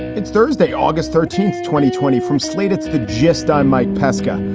it's thursday, august thirteenth, twenty twenty from slate's the gist, i'm mike pesca.